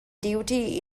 duty